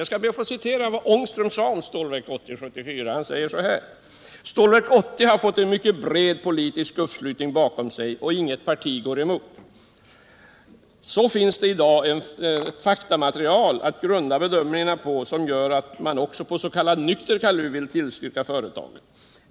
Jag ber att få citera vad herr Ångström sade om Stålverk 80 år 1974: ”Stålverk 80 har fått en mycket bred politisk uppslutning bakom sig och inget parti går emot. Så finns det i dag ett faktamaterial att grunda bedömningarna på som gör att man också på s.k. nykter kaluv vill tillstyrka företaget.